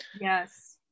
Yes